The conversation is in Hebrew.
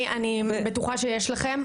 אני בטוחה שיש לכם.